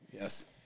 Yes